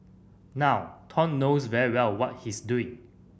now Thong knows very well what he's doing